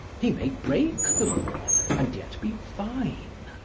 he may break the law, and yet be fine.